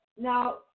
now